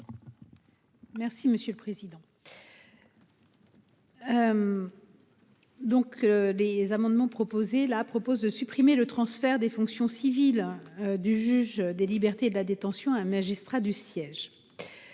Merci monsieur le président. Donc les amendements proposés là propose de supprimer le transfert des fonctions civiles du juge des libertés et de la détention. Un magistrat du siège.